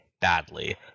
badly